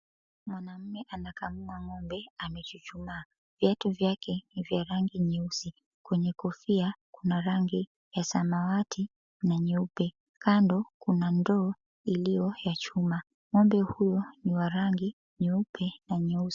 Mwanaume anakamua ng'ombe anachuchuma. Viatu vyake ni vya rangi nyeusi. Kwenye kofia kuna rangi ya samawati na nyeupe. Kando kuna ndoo iliyo ya chuma. Ng'ombe huyo ni wa rangi nyeupe na nyeusi.